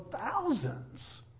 thousands